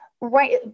Right